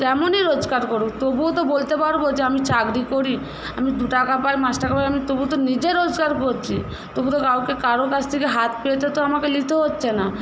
যেমনই রোজগার করুক তবুও তো বলতে পারবো যে আমি চাকরি করি আমি দু টাকা পাই পাঁচ টাকা পাই আমি তবু তো নিজে রোজগার করছি তবু তো কাউকে কারো কাছ থেকে হাত পেতে তো আমাকে নিতে হচ্ছে না